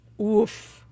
Oof